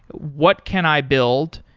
what can i build?